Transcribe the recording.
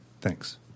thanks